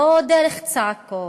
לא דרך צעקות,